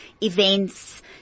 events